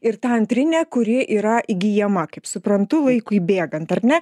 ir ta antrinė kuri yra įgyjama kaip suprantu laikui bėgant ar ne